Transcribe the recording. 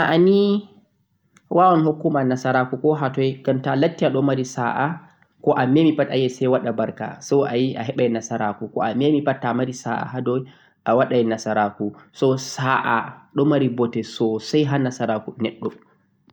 Saà nii ɗon hukka nasaraku koh hatoi. Toh Allah waɗe ma be saà toh nasaraku tokkete koh hatoi awonii